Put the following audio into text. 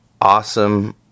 awesome